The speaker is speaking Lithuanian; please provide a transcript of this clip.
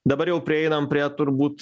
dabar jau prieinam prie turbūt